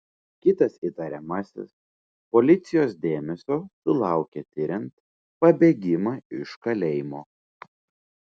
kitas įtariamasis policijos dėmesio sulaukė tiriant pabėgimą iš kalėjimo